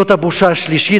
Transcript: זאת הבושה השלישית,